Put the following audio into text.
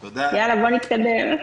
נתקדם.